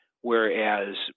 Whereas